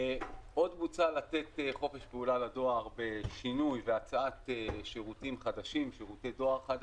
עוד מוצע לתת חופש פעולה בשינוי והצעת שירותי דואר חדשים,